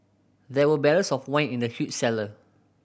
there were barrels of wine in the huge cellar